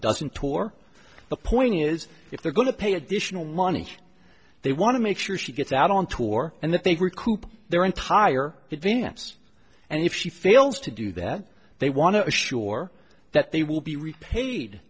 doesn't tor the point is if they're going to pay additional money they want to make sure she gets out on tour and the think recoup their entire advance and if she fails to do that they want to assure that they will be repaid